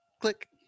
Click